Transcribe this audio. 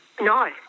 no